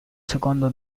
secondo